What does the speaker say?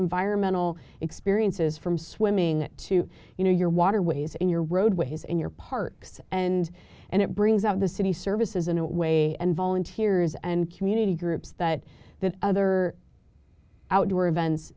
environmental experiences from swimming to you know your waterways and your roadways and your parks and and it brings out the city services in a way and volunteers and community groups that the other outdoor events